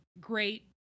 great